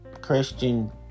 Christian